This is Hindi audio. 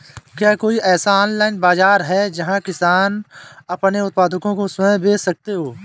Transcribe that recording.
क्या कोई ऐसा ऑनलाइन बाज़ार है जहाँ किसान अपने उत्पादकों को स्वयं बेच सकते हों?